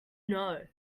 know